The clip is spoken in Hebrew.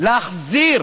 להחזיר